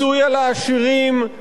מיסוי על הטייקונים,